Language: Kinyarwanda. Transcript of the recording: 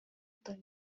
butoni